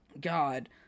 God